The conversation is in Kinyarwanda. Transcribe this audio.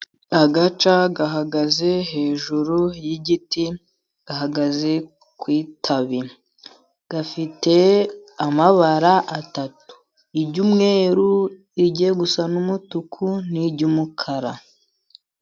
Agaca gahagaze hejuru y'igiti, gahagaze ku itabi. Gafite amabara atatu: iry'umweru, rigiye gusa n'umutuku, n'iry'umukara.